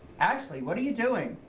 ashley, what are you doing?